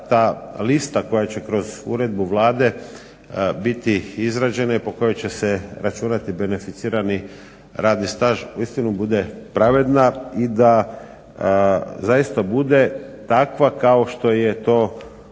ta lista koja će kroz uredbu Vlade biti izrađena i po kojoj će se računati beneficirani radni staž uistinu bude pravedna i da zaista bude takva kao što je to u